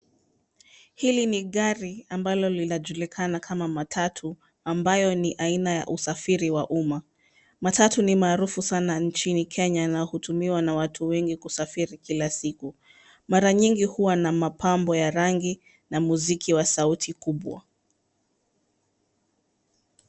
Hili ni gari ambalo linajulikana kama matatu, ambayo ni aina ya usafiri wa umma. Matatu ni maarufu sana nchini Kenya na hutumiwa na watu wengi kusafiri kila siku. Mara nyingi huwa na mapambo ya rangi na muziki wa sauti kubwa.